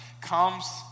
comes